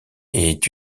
est